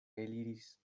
eliris